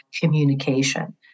communication